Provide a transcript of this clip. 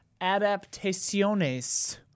adaptaciones